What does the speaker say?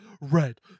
red